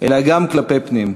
אלא גם כלפי פנים.